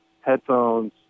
Headphones